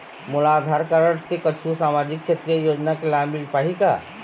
मोला आधार कारड से कुछू सामाजिक क्षेत्रीय योजना के लाभ मिल पाही का?